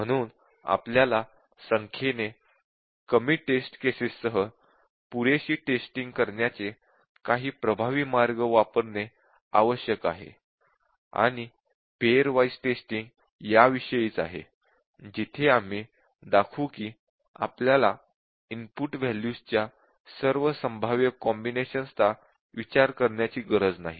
म्हणून आपल्याला संख्येने कमी टेस्ट केसेस सह पुरेशी टेस्टिंग करण्याचे काही प्रभावी मार्ग वापरने आवश्यक आहे आणि पेअर वाइज़ टेस्टिंग या विषयीच आहे जिथे आम्ही दाखवू की आपल्याला इनपुट वॅल्यूज च्या सर्व संभाव्य कॉम्बिनेशन्स चा विचार करण्याची गरज नाही